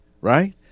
right